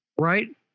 right